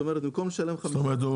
זאת אומרת במקום לשלם 50. זאת אומרת,